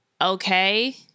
okay